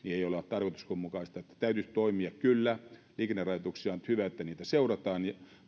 tarkoituksenmukaista täytyy toimia kyllä ja on hyvä että liikennerajoituksia nyt seurataan